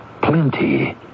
Plenty